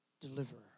Deliverer